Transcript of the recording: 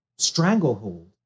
stranglehold